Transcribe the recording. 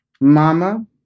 mama